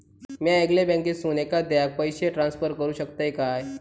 म्या येगल्या बँकेसून एखाद्याक पयशे ट्रान्सफर करू शकतय काय?